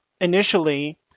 initially